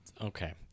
okay